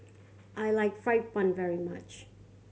I like fried bun very much